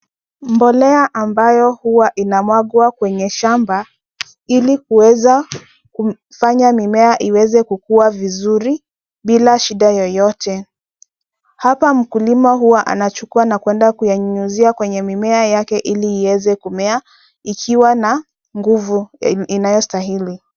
Mbolea ambayo huwa inamwagwa kwenye shamba ili kuweza kufanya mimea iweze kukua vizuri bila shida yoyote. Hapa mkulima huwa anachukua na kwenda kuyanyunyuzia kwenye mimea yake ili iweze kumea ikiwa na nguvu inayostahili.